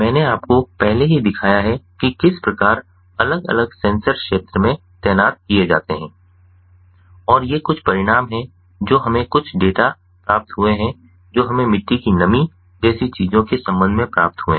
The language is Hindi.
मैंने आपको पहले ही दिखाया है कि किस प्रकार अलग अलग सेंसर क्षेत्र में तैनात किए जाते हैं और ये कुछ परिणाम हैं जो हमें कुछ डेटा प्राप्त हुए हैं जो हमें मिट्टी की नमी जैसी चीजों के संबंध में प्राप्त हुए हैं